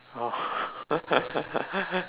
oh